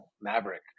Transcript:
Maverick